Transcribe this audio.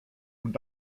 und